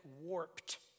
warped